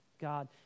God